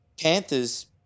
Panthers